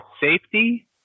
safety